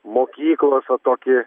mokyklos va tokį